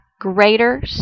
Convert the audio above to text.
greater